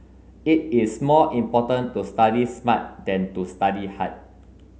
it is more important to study smart than to study hard